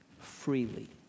freely